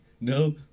No